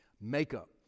makeup